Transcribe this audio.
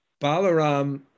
Balaram